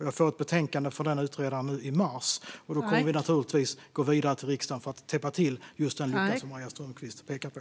Jag får ett betänkande från utredaren i mars, och då kommer vi naturligtvis att gå vidare till riksdagen för att täppa till den lucka som Maria Strömkvist pekar på.